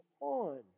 on